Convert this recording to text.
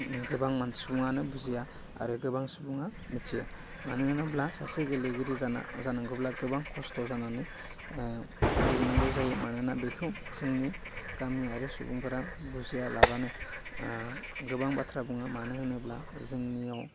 गोबां मानसुङानो बुजिया आरो गोबां सुबुङा मिथियो मानो होनोब्ला सासे गेलेगिरि जाना जानांगौब्ला गोबां खस्थ' जानानै गेलेनांगौ जायो मानोना बेखौ जोंनि गामि आरो सुबुंफोरा बुजिया लाबानो गोबां बाथ्रा बुङो मानो होनोब्ला जोंनियाव